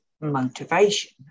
motivation